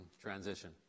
transition